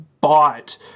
bought